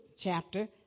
chapter